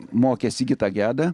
mokė sigitą gedą